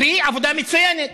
קרי עבודה מצוינת: